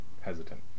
Hesitant